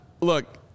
look